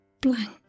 Blank